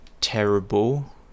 terrible